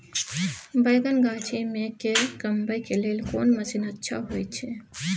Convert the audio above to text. बैंगन गाछी में के कमबै के लेल कोन मसीन अच्छा होय छै?